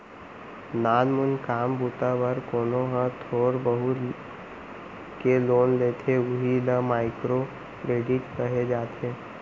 नानमून काम बूता बर कोनो ह थोर बहुत के लोन लेथे उही ल माइक्रो करेडिट कहे जाथे